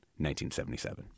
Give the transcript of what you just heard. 1977